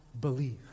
believe